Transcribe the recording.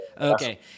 okay